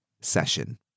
session